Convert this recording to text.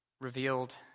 revealed